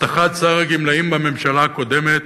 הבטחת שר הגמלאים בממשלה הקודמת